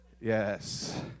yes